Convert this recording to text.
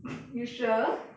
you sure